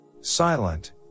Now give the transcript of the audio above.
Silent